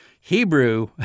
Hebrew